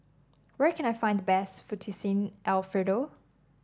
where can I find the best Fettuccine Alfredo